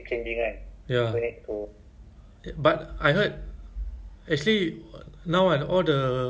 ah interview maybe yang second time ah second time dia orang suruh ambil this kind